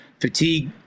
fatigue